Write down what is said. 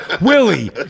Willie